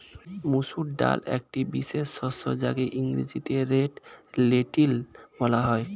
মুসুর ডাল একটি বিশেষ শস্য যাকে ইংরেজিতে রেড লেন্টিল বলা হয়